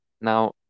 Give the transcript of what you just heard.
Now